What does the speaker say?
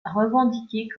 revendiquée